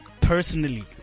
Personally